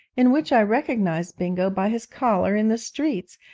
in which i recognised bingo by his collar in the streets,